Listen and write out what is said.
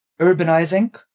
urbanizing